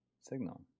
signal